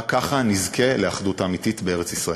רק ככה נזכה לאחדות אמיתית בארץ-ישראל.